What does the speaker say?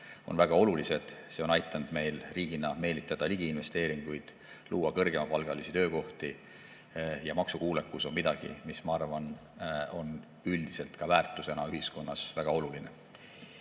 on väga olulised. See on aidanud meil riigina ligi meelitada investeeringuid ja luua kõrgepalgalisi töökohti. Ning maksukuulekus on midagi, mis minu arvates on üldise väärtusena ühiskonnas väga oluline.Me